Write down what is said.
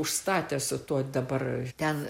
užstatė su tuo dabar ten